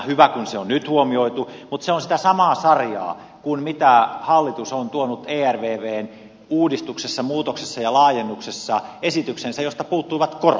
hyvä kun se on nyt huomioitu mutta se on sitä samaa sarjaa kuin mitä hallitus on tuonut ervvn uudistuksessa muutoksessa ja laajennuksessa esitykseensä josta puuttuivat korot